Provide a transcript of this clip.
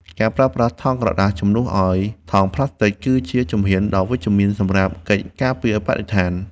ការប្រើប្រាស់ថង់ក្រដាសជំនួសឱ្យថង់ផ្លាស្ទិក គឺជាជំហានដ៏វិជ្ជមានសម្រាប់កិច្ចការពារបរិស្ថាន។